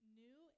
new